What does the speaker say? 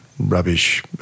rubbish